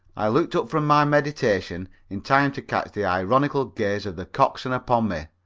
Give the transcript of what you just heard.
i looked up from my meditation in time to catch the ironical gaze of the coxswain upon me,